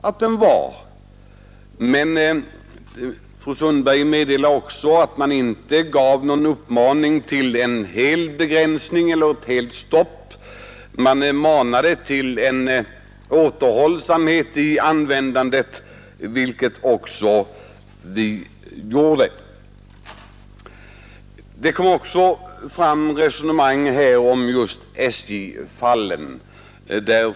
Men fru Sundberg meddelar också att man inte riktade någon uppmaning om begränsning eller helt stopp mot användandet av detta besprutningsmedel. Man manade till återhållsamhet i användandet, vilket också vi gjorde. SJ-fallen har också diskuterats här.